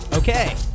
Okay